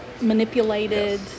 manipulated